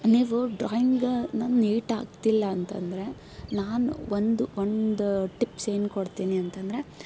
ನೀವು ಡ್ರಾಯಿಂಗ್ ನನ್ನ ನೀಟ್ ಆಗ್ತಿಲ್ಲ ಅಂತ ಅಂದ್ರೆ ನಾನು ಒಂದು ಒಂದು ಟಿಪ್ಸ್ ಏನು ಕೊಡ್ತೀನಿ ಅಂತ ಅಂದ್ರೆ